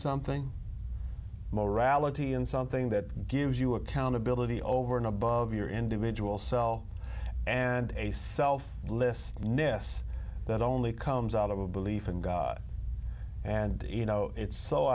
something more reality and something that gives you accountability over and above your individual cell and liss ness that only comes out of a belief in god and you know it's so